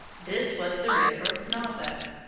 this was the river napo.